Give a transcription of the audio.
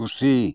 ᱠᱷᱩᱥᱤ